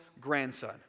grandson